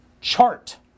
Chart